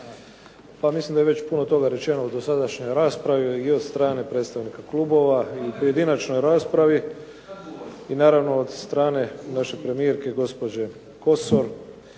Pa mislim da je već puno toga rečeno u dosadašnjoj raspravi i od strane predstavnika klubova i u pojedinačnoj raspravi i naravno od strane naše premijerke gospođe Kosor.